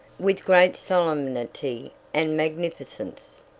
with great solemnity and magnificence.